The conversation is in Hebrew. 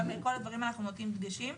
לכל הדברים האלה אנחנו נותנים דגשים.